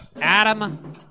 Adam